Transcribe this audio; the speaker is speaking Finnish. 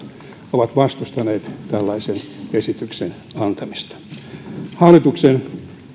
ovat vastustaneet tällaisen esityksen antamista hallituksen